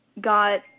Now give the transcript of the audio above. got